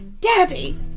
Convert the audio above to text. Daddy